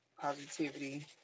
positivity